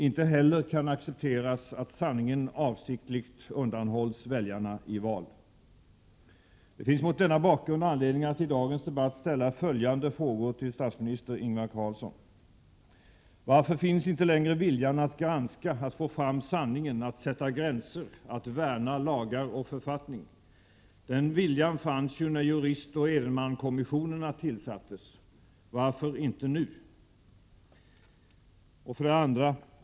Inte heller kan accepteras att sanningen avsiktligt undanhålls väljarna i val. Det finns mot denna bakgrund anledning att i dagens debatt ställa följande frågor till statsminister Ingvar Carlsson: Varför finns inte längre viljan att granska, att få fram sanningen, att sätta gränser, att värna lagar och författning? Den viljan fanns ju när juristoch Edenmankommissionerna tillsattes. Varför inte nu?